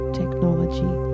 technology